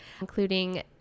including